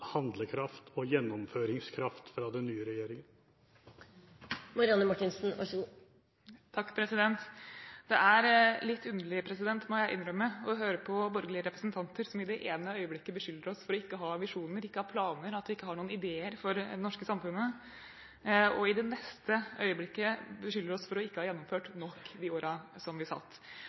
handlekraft og gjennomføringskraft fra den nye regjeringen? Det er litt underlig, må jeg innrømme, å høre på borgerlige representanter som i det ene øyeblikket beskylder oss for ikke å ha visjoner, ikke å ha planer, ikke å ha noen ideer for det norske samfunnet, og i det neste øyeblikket beskylder oss for ikke å ha gjennomført nok de årene vi satt.